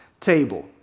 table